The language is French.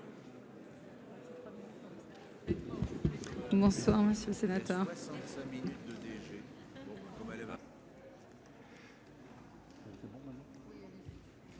Bonsoir, monsieur le sénateur,